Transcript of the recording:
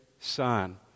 Son